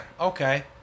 Okay